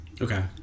Okay